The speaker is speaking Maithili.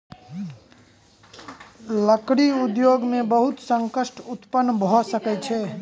लकड़ी उद्योग में बहुत संकट उत्पन्न भअ सकै छै